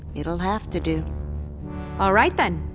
it'll have to do alright then.